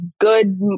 good